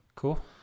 Cool